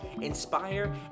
inspire